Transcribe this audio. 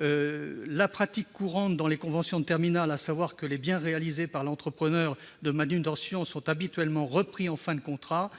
de la pratique courante dans les conventions de terminal, les biens réalisés par l'entrepreneur de manutention sont repris en fin de contrat